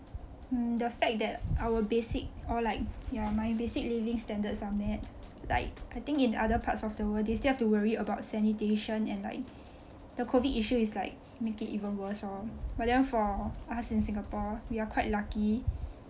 mm the fact that our basic or like ya my basic living standards are met like I think in other parts of the world they still have to worry about sanitation and like the covid issue is like make it even worse lor but then for us in Singapore we are quite lucky